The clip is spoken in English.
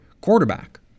quarterback